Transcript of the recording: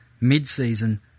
mid-season